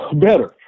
Better